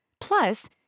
Plus